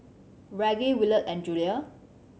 Reggie Williard and Julia